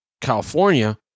California